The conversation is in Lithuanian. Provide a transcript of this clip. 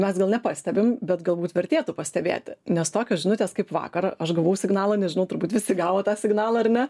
mes gal nepastebim bet galbūt vertėtų pastebėti nes tokios žinutės kaip vakar aš gavau signalą nežinau turbūt visi gavo tą signalą ar ne